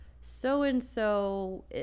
so-and-so